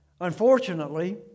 Unfortunately